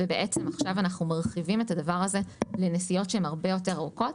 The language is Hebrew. ועכשיו אנחנו מרחיבים את הדבר הזה לנסיעות שהן הרבה יותר ארוכות.